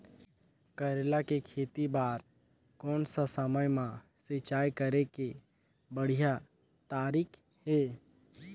करेला के खेती बार कोन सा समय मां सिंचाई करे के बढ़िया तारीक हे?